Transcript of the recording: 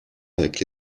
avec